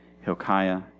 Hilkiah